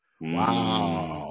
wow